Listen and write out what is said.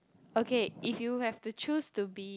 okay if you have to choose to be